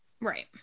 right